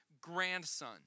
grandson